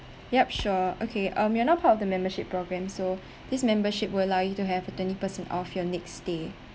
yup sure okay um you're not part of the membership program so this membership will allow you to have a twenty percent off your next stay